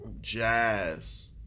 jazz